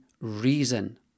reason